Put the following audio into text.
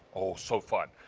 so fun.